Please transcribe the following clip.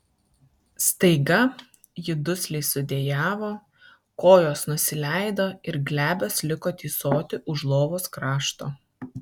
staiga ji dusliai sudejavo kojos nusileido ir glebios liko tysoti už lovos krašto